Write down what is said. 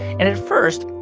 and at first,